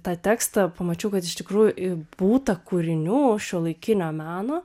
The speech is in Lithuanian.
tą tekstą pamačiau kad iš tikrųjų būta kūrinių šiuolaikinio meno